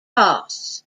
costs